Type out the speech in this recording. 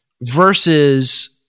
versus